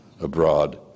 abroad